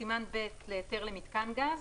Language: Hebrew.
סימן ב' להיתר למתקן גז